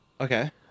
Okay